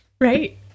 right